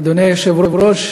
אדוני היושב-ראש,